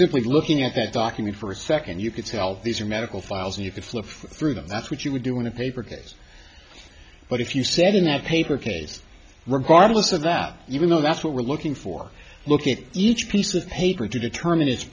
simply looking at that document for a second you could tell these are medical files and you could flip through them that's what you would do in a paper case but if you sat in that paper case regardless of that even though that's what we're looking for look at each piece of paper to determine i